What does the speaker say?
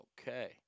Okay